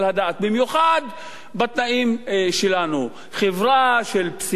במיוחד בתנאים שלנו, חברה של פסיפס,